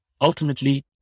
Ultimately